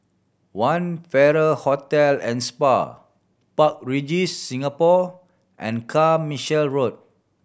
One Farrer Hotel and Spa Park Regis Singapore and Carmichael Road